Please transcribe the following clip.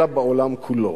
אלא בעולם כולו.